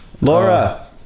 laura